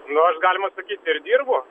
nu aš galima sakyti ir dirbu